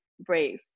brave